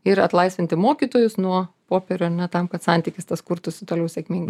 ir atlaisvinti mokytojus nuo popierių ar ne tam kad santykis tas kurtųsi toliau sėkmingai